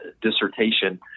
dissertation